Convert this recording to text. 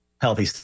healthy